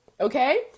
okay